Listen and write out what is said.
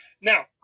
Now